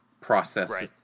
processed